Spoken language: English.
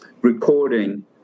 recording